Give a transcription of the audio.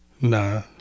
Nah